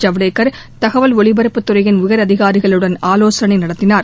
ஜவ்டேக் தகவல் ஒலிபரப்புத் துறையின் உயர் அதிகாரிகளுடன் ஆலோசனை நடத்தினார்